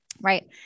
right